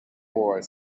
wars